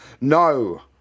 no